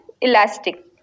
elastic